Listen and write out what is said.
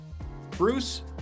Bruce